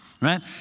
right